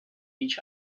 each